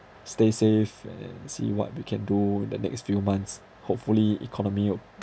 stay safe and and see what we can do the next few months hopefully economy